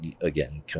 again